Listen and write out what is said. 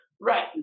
Right